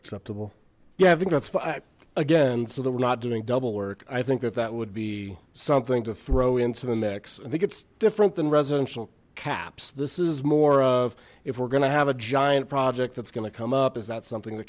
acceptable yeah i think that's fine again so that we're not doing double work i think that that would be something to throw into the mix i think it's different than resident caps this is more of if we're gonna have a giant project that's going to come up is that something the